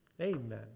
Amen